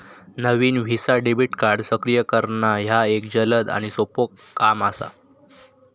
नवीन Visa debit card सक्रिय करणा ह्या एक जलद आणि सोपो काम असा